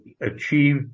achieve